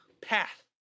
Path